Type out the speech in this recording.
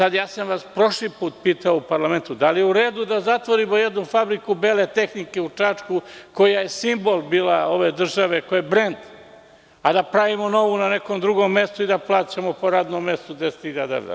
Prošli put sam vas pitao u parlamentu – da li je u redu da zatvorimo jednu fabriku bele tehnike u Čačku, koja je bila simbol ove države, koja je brend, a da pravimo novu na nekom drugom mestu i da plaćamo po radnom mestu 10.000 evra?